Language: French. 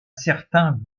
certain